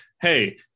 hey